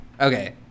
Okay